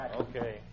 Okay